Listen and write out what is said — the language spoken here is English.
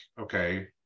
okay